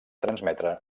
transmetre